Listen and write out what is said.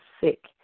sick